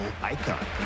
icon